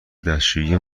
دستشویی